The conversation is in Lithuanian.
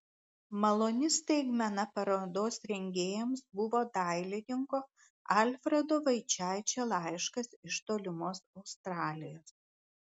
maloni staigmena parodos rengėjams buvo dailininko alfredo vaičaičio laiškas iš tolimos australijos